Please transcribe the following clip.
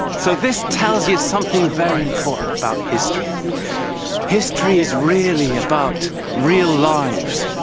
so this tells you something very important about history history is really about real lives.